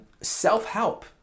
Self-help